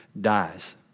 dies